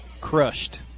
Crushed